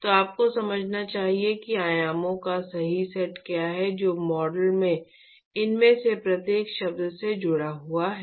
तो आपको समझना चाहिए कि आयामों का सही सेट क्या है जो मॉडल में इनमें से प्रत्येक शब्द से जुड़ा हुआ है